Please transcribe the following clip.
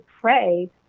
pray